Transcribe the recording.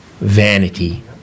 vanity